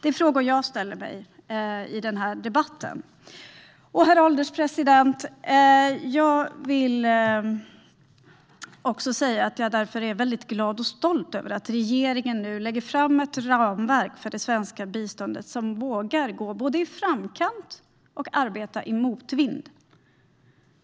Det är frågor som jag ställer mig i den här debatten. Herr ålderspresident! Jag är glad och stolt över att regeringen nu lägger fram ett ramverk för det svenska biståndet, som vågar både gå i framkant och arbeta i motvind.